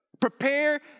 Prepare